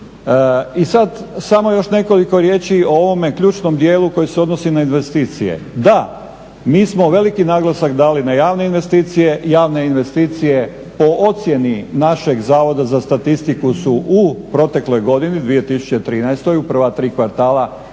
I sad samo još nekoliko riječi o ovome ključnom dijelu koji se odnosi na investicije. Da, mi smo veliki naglasak dali na javne investicije. Javne investicije po ocjeni našeg Zavoda za statistiku su u protekloj godini 2013. u prva tri kvartala